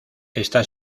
está